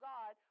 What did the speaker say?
God